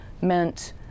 meant